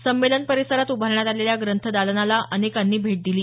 संमेलन परिसरात उभारण्यात आलेल्या ग्रंथदालनाला अनेकांनी भेट दिली